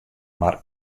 mar